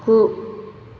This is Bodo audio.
गु